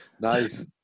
Nice